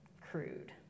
crude